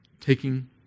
taking